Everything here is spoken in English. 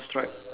okay